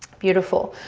beautiful.